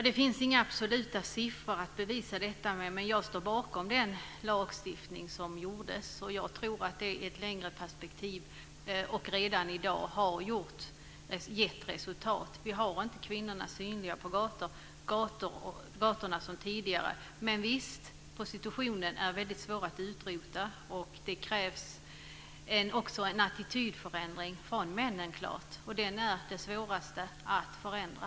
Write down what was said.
Det finns inga absoluta siffror att bevisa detta med, men jag står bakom den lagstiftning som gjordes. Jag tror att den i ett längre perspektiv, och redan i dag, har gett resultat. Vi har inte kvinnorna synliga på gatorna som tidigare. Men visst är prostitutionen svår att utrota, och det krävs förstås också en attitydförändring från männen. Attityden är det svåraste att förändra.